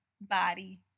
body